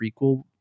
prequel